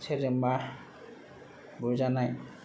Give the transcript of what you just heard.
सोरजोंबा बुजानाय